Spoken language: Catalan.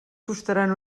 costaran